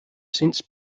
since